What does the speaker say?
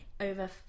over